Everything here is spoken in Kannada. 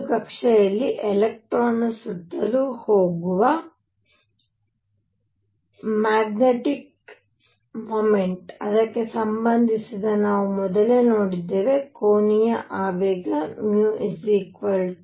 ಒಂದು ಕಕ್ಷೆಯಲ್ಲಿ ಎಲೆಕ್ಟ್ರಾನ್ನ ಸುತ್ತಲೂ ಹೋಗುವ ಮ್ಯಾಗ್ನೆಟಿಕ್ ಮೊಮೆಂಟ್ ಅದಕ್ಕೆ ಸಂಬಂಧಿಸಿದೆ ಎಂದು ನಾವು ಮೊದಲೇ ನೋಡಿದ್ದೇವೆ ಕೋನೀಯ ಆವೇಗ μel2m